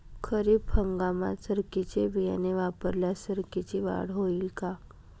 खरीप हंगामात सरकीचे बियाणे वापरल्यास सरकीची वाढ होईल का?